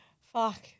Fuck